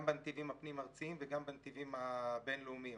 גם בנתיבים הפנים-ארציים וגם בנתיבים הבין-לאומיים.